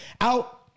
out